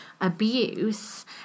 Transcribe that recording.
abuse